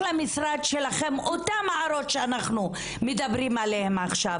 למשרד שלכם אותן הערות שאנחנו מדברים עליהן עכשיו,